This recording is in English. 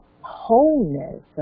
wholeness